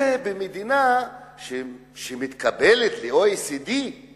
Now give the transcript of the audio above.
זה במדינה שמתקבלת ל-OECD כי